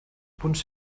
punts